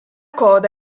coda